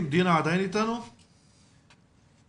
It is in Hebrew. עדיין אני לא שומע על התארגנות מעשית,